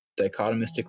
dichotomistic